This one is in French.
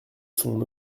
son